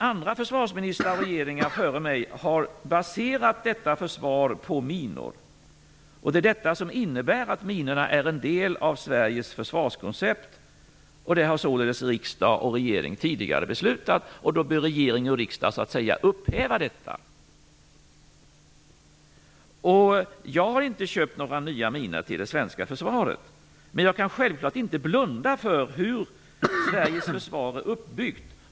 Andra försvarsministrar och regeringar före mig har baserat detta försvar på minor. Det är detta som innebär att minorna är en del av Sveriges försvarskoncept. Det har således riksdag och regering tidigare beslutat. Då bör regering och riksdag så att säga upphäva detta. Jag har inte köpt några nya minor till det svenska försvaret. Men jag kan självklart inte blunda för hur Sveriges försvar är uppbyggt.